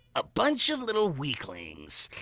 a bunch of little weaklings!